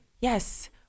Yes